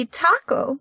taco